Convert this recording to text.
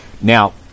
Now